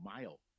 mile